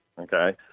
Okay